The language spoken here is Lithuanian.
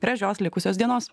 gražios likusios dienos